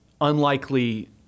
unlikely